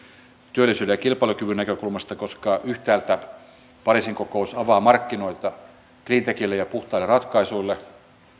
työllisyyden ja kilpailukyvyn näkökulmasta koska yhtäältä pariisin kokous avaa markkinoita cleantechille ja puhtaille ratkaisuille